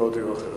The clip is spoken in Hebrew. לא הודיעו אחרת.